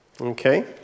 Okay